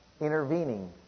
intervening